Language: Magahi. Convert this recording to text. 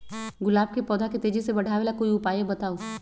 गुलाब के पौधा के तेजी से बढ़ावे ला कोई उपाये बताउ?